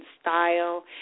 style